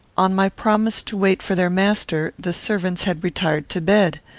on my promise to wait for their master, the servants had retired to bed.